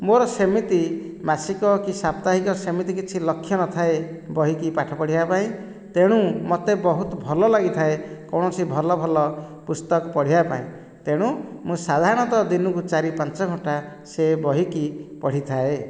ମୋର ସେମିତି ମାସିକ କି ସାପ୍ତାହିକ ସେମିତି କିଛି ଲକ୍ଷ୍ୟ ନଥାଏ ବହିକି ପାଠ ପଢ଼ିବା ପାଇଁ ତେଣୁ ମୋତେ ବହୁତ ଭଲ ଲାଗିଥାଏ କୌଣସି ଭଲ ଭଲ ପୁସ୍ତକ ପଢ଼ିବା ପାଇଁ ତେଣୁ ମୁଁ ସାଧାରଣତଃ ଦିନକୁ ଚାରି ପାଞ୍ଚ ଘଣ୍ଟା ସେ ବହିକି ପଢ଼ିଥାଏ